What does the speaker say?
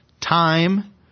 time